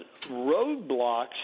roadblocks